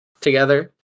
together